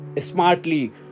Smartly